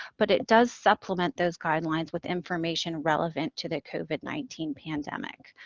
but it does supplement those guidelines with information relevant to the covid nineteen pandemic.